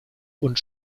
und